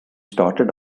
started